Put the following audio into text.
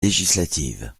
législative